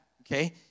okay